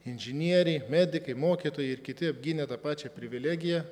inžinieriai medikai mokytojai ir kiti apgynė tą pačią privilegiją